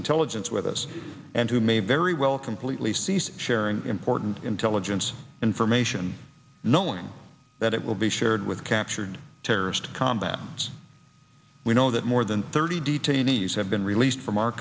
intelligence with us and who may very well completely cease sharing important intelligence information knowing that it will be shared with captured terrorist combat we know that more than thirty deeds deniz have been released from our